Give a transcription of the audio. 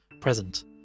present